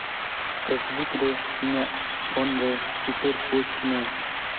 Facebook ᱨᱮ ᱤᱧᱟᱹᱜ phone ᱨᱮ ᱪᱤᱛᱟᱹᱨ ᱯᱳᱥᱴ ᱢᱮ